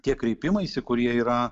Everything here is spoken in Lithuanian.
tie kreipimaisi kurie yra